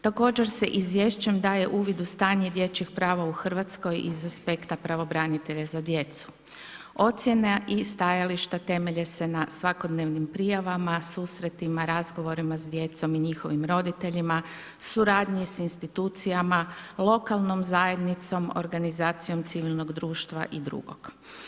Također se izvješćem daje uvid u stanje dječjih prava u Hrvatskoj, iz aspekta pravobranitelja za djecu, ocjena i stajališta temelje se na svakodnevnim prijavama, susretima, razgovorima s djecom i njihovim roditeljima, suradnji s institucijama, lokalnom zajednicom, organizacijom civilnog društva i drugog.